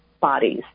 bodies